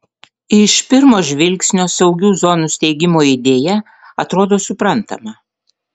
iš pirmo žvilgsnio saugių zonų steigimo idėja atrodo suprantama